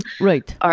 Right